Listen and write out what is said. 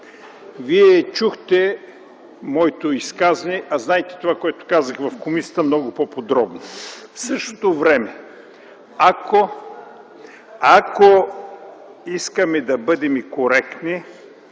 Вие чухте моето изказване, а знаете това което казах в комисията много по-подробно. В същото време, ако искаме да бъдем коректни,